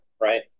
right